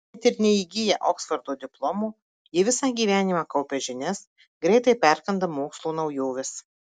net ir neįgiję oksfordo diplomo jie visą gyvenimą kaupia žinias greitai perkanda mokslo naujoves